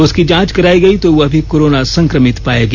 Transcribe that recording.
उसकी जांच कराई गई तो वह भी कोरोना संक्रमित पाया गया